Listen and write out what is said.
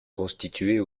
constituer